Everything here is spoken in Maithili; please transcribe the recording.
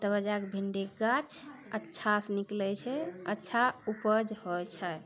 तब जाकऽ भिन्डीके गाछ अच्छासँ निकलै छै अच्छा उपज होइ छै